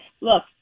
Look